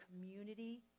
community